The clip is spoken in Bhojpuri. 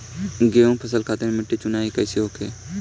गेंहू फसल खातिर मिट्टी चुनाव कईसे होखे?